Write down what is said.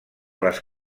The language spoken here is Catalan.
les